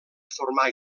formar